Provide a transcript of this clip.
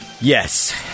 Yes